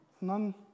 none